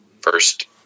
first